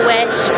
Wish